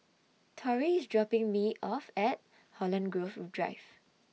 Torry IS dropping Me off At Holland Grove Drive